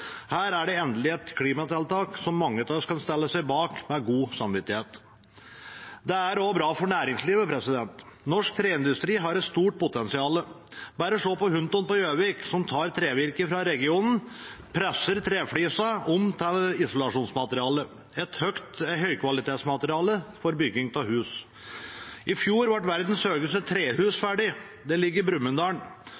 Her er endelig et klimatiltak som mange kan stille seg bak med god samvittighet. Det er også bra for næringslivet. Norsk treindustri har et stort potensial – bare se på Hunton på Gjøvik som tar trevirke fra regionen og presser treflisene om til isolasjonsmateriale, et høykvalitetsmateriale for bygging av hus. I fjor sto verdens høyeste trehus